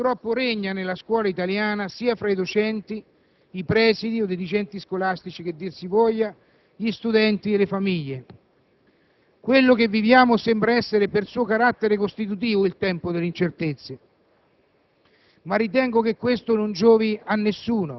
quel clima di generale incertezza che purtroppo regna nella scuola italiana, sia fra i docenti, i presidi, o dirigenti scolastici che dir si voglia, sia fra gli studenti, sia fra le famiglie. Quello che viviamo sembra essere, per suo carattere costitutivo, il tempo delle incertezze,